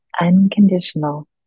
Unconditional